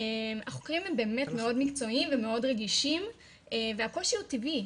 החוקרים הם באמת מאוד מקצועיים ומאוד רגישים והקושי הוא טבעי,